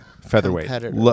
Featherweight